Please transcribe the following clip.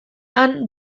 han